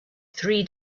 three